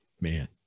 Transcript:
man